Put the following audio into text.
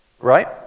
Right